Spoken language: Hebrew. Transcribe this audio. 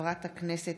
חברי הכנסת